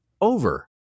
over